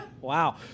Wow